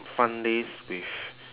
fun days with